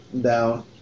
down